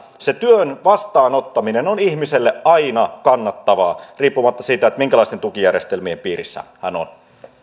se työn vastaanottaminen on ihmiselle aina kannattavaa riippumatta siitä minkälaisten tukijärjestelmien piirissä hän on